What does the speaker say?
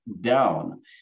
down